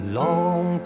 long